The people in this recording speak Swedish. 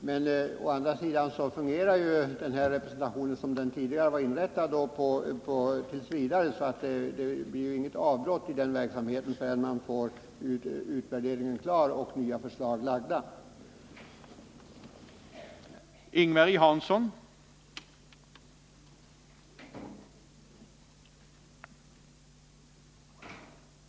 Men organisationen fungerar ju t. v. som den tidigare var inrättad, så det blir inget avbrott i verksamheten under den tid utvärderingen blir klar och nya förslag läggs fram.